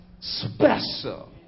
special